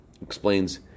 explains